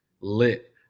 lit